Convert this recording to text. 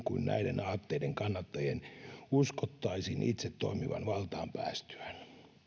kuin näiden aatteiden kannattajien uskottaisiin itse toimivan valtaan päästyään